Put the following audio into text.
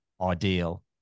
ideal